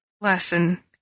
lesson